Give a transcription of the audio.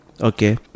Okay